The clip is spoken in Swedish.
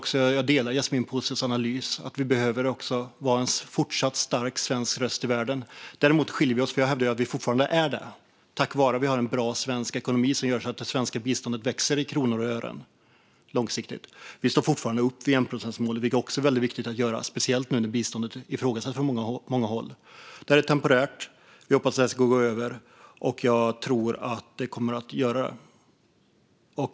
Jag delar Yasmine Posios analys att vi behöver vara en stark svensk röst i världen. Vi skiljer oss åt på så sätt att jag hävdar att vi fortfarande är det - tack vare att vi har en bra svensk ekonomi som gör att det svenska biståndet växer i kronor och ören långsiktigt. Vi står fortfarande fast vid enprocentsmålet, vilket det också är väldigt viktigt att göra, speciellt nu när biståndet ifrågasätts från många håll. Det här är temporärt. Vi hoppas att det ska gå över, och jag tror att det kommer att göra det.